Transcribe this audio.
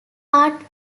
art